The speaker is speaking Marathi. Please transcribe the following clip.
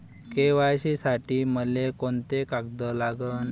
के.वाय.सी साठी मले कोंते कागद लागन?